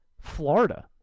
Florida